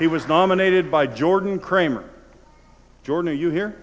he was nominated by jordan kramer jordan are you he